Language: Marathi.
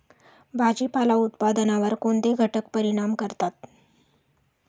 भाजीपाला उत्पादनावर कोणते घटक परिणाम करतात?